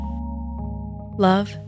Love